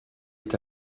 est